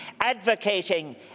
Advocating